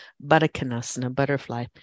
butterfly